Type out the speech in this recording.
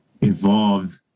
involved